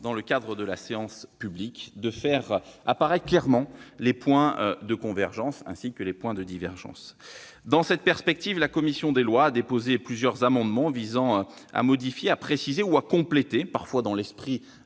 dans le cadre de la séance publique, de faire apparaître clairement les points de convergence et de divergence. Dans cette perspective, la commission des lois a déposé plusieurs amendements visant à modifier, préciser ou compléter, parfois dans l'esprit